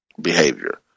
behavior